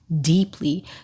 Deeply